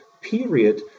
period